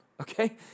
okay